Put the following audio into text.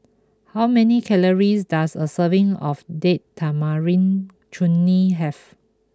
how many calories does a serving of Date Tamarind Chutney have